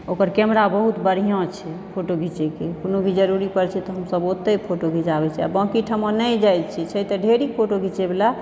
ओकर कैमरा बहुत बढ़िऑं छै फोटो घिचयके कोनो भी जरुरी पड़ै छै तऽ हमसब ओतय फोटो घिचाबै छी बाँकी ठमा नहि जाइ छी छै तऽ ढेरिक फोटो घिचय वाला